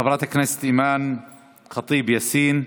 חברת הכנסת אימאן ח'טיב יאסין.